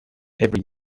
every